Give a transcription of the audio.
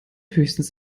höchstens